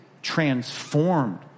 transformed